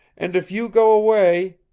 and if you go away